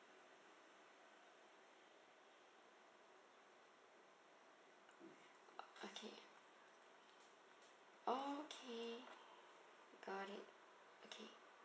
okay okay got it okay